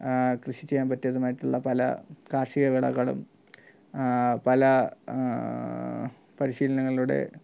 കൃഷി ചെയ്യാൻ പറ്റിയതുമായിട്ടുള്ള പല കാർഷിക വിളകളും പല പരിശീലനങ്ങളിലൂടെ